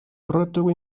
rydw